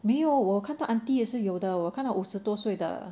没有我看到 auntie 也是有的我看到五十多岁的